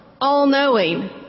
all-knowing